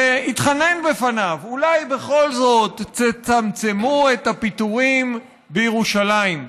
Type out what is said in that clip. והתחנן בפניו: אולי בכל תצמצמו את הפיטורים בירושלים.